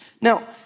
Now